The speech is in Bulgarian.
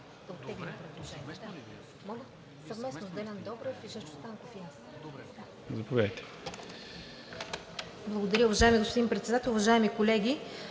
Благодаря, уважаеми господин Председател. Уважаеми колеги,